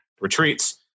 retreats